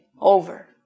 over